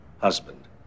husband